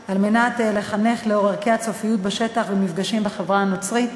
לחנך לאור ערכי הצופיות בשטח במפגשים בחברה הנוצרית.